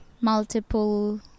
multiple